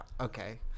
Okay